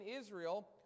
Israel